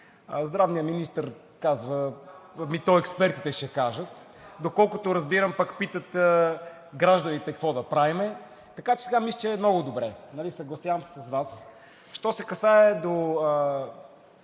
Здравният министър казва: ами то експертите ще кажат. Доколкото разбирам питат гражданите: какво да правим? Така че мисля, че сега е много добре, съгласявам се с Вас. Що се касае до